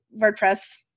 WordPress